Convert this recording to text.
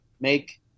make